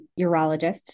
urologist